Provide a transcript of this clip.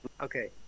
Okay